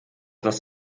das